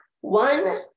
One